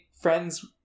friends